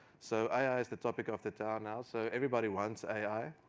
so ai ai is the topic of the town now, so everybody wants ai.